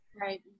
Right